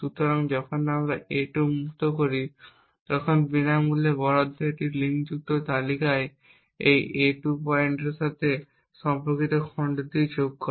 সুতরাং যখন আমরা a2 মুক্ত করি তখন বিনামূল্যে বরাদ্দ একটি লিঙ্কযুক্ত তালিকায় এই a2 পয়েন্টারের সাথে সম্পর্কিত খণ্ডটি যোগ করে